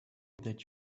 that